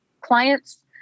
clients